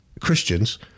Christians